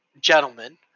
gentlemen